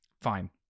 fine